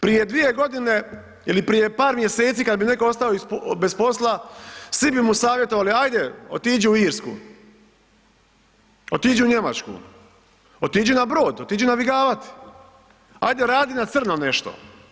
Prije 2 godine ili prije par mjeseci kad bi netko ostao bez posla, svi bi mu savjetovali ajde otiđi u Irsku, otiđi u Njemačku, otiđi na brod, otiđi navigavat, ajde radi na crno nešto.